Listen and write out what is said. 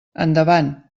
endavant